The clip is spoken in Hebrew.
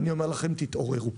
אני אומר לכם, תתעוררו.